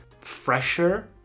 fresher